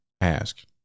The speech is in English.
ask